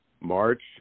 March